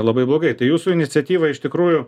labai blogai tai jūsų iniciatyva iš tikrųjų